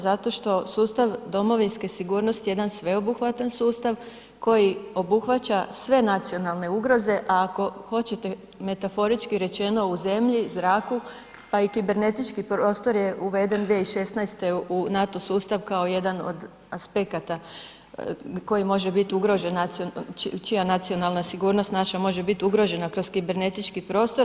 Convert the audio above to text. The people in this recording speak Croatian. Zato što sustav domovinske sigurnosti je jedan sveobuhvatan sustav koji obuhvaća sve nacionalne ugroze, a ako hoćete metaforički rečeno u zemlji, zraku, pa i kibernetički prostor je uveden 2016. u NATO sustav kao jedan od aspekata koji može biti ugrožen nacionalna, čija nacionalna sigurnost naša može biti ugrožena kroz kibernetički prostor.